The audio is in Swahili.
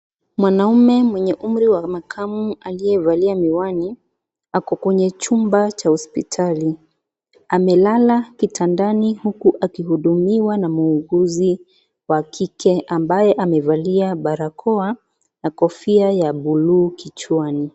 Mwanaume mwenye umri wa makamu aliyevalia miwani ako kwenye chumba cha hospitali, amelala kitandani huku akihudumiwa na muuguzi wa kike ambaye amevalia barakoa, na kofia ya buluu kichwani.